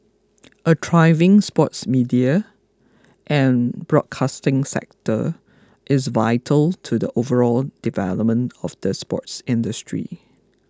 a thriving sports media and broadcasting sector is vital to the overall development of the sports industry